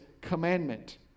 commandment